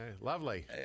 Lovely